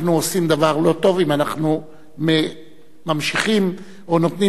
אנחנו עושים דבר לא טוב אם אנחנו ממשיכים או נותנים